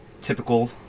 typical